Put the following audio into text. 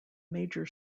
major